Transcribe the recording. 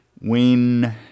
win